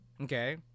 Okay